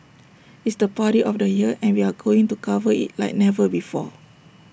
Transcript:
it's the party of the year and we are going to cover IT like never before